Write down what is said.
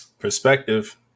perspective